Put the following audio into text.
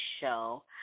show